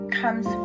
comes